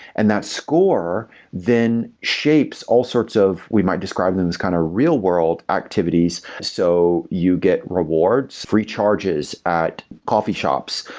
and that score then shapes all sorts of we might describe them as kind of real-world activities, so you get rewards, free charges at coffee shops,